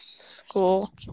School